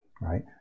right